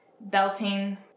belting